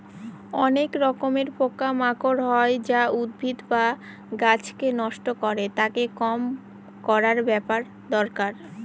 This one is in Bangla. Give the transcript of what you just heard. অনেক রকমের পোকা মাকড় হয় যা উদ্ভিদ বা গাছকে নষ্ট করে, তাকে কম করার ব্যাপার দরকার